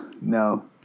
no